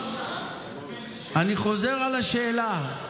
אני חוזר על השאלה: